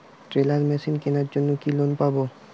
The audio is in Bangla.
টেলার মেশিন কেনার জন্য কি লোন পাব?